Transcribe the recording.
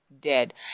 dead